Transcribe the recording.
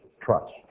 trust